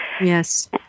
Yes